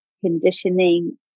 conditioning